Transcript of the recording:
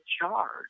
charge